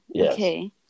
Okay